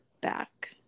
back